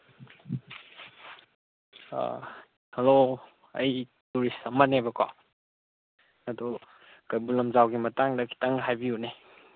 ꯑꯥ hello ꯑꯩ tourist ꯑꯃꯅꯦꯕꯀꯣ ꯑꯗꯨ ꯀꯩꯕꯨꯜ ꯂꯝꯖꯥꯎꯒꯤ ꯃꯇꯥꯡꯗ ꯈꯤꯇꯪ ꯍꯥꯏꯕꯤꯌꯨꯅꯦ